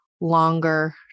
longer